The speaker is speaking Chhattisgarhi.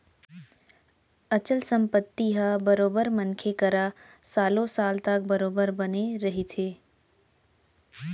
अचल संपत्ति ह बरोबर मनखे करा सालो साल तक बरोबर बने रहिथे